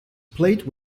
played